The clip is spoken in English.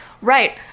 right